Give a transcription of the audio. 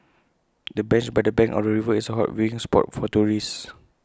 the bench by the bank of the river is A hot viewing spot for tourists